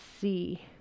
see